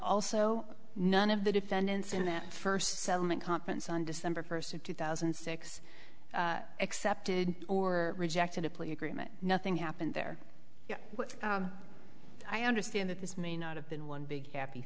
also none of the defendants in that first settlement conference on december first of two thousand and six accepted or rejected a plea agreement nothing happened there i understand that this may not have been one big happy